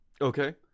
Okay